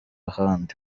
ahandi